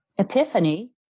epiphany